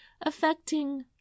affecting